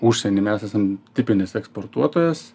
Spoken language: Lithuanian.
užsienį mes esam tipinis eksportuotojas